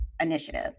initiative